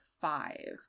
five